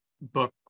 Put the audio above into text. book